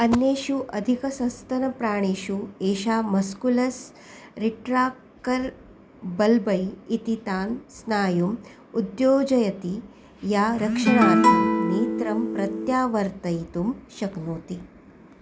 अन्येषु अधिकसस्तनप्राणिषु एषा मस्कुलस् रिट्राक्टर् बल्बै इति तां स्नायुम् उद्योजयति या रक्षणार्थं नेत्रं प्रत्यावर्तयितुं शक्नोति